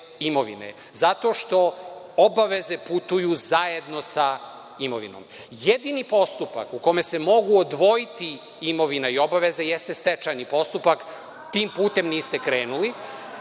imovine zato što obaveze putuju zajedno sa imovinom. Jedini postupak u kome se mogu odvojiti imovina i obaveze jeste stečajni postupak, a tim putem niste krenuli.